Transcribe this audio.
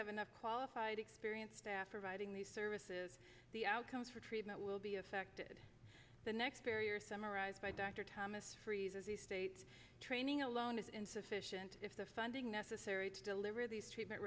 have enough qualified experienced staff reviving the services the outcomes for treatment will be affected the next barrier summarized by dr thomas freezes the state training alone is insufficient if the funding necessary to deliver these treatment